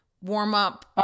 warm-up